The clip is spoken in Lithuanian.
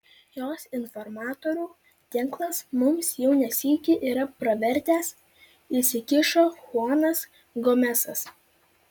jos informatorių tinklas mums jau ne sykį yra pravertęs įsikišo chuanas gomesas